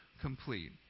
complete